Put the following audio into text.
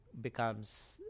becomes